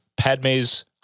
Padme's